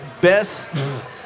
Best